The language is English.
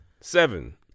Seven